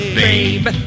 babe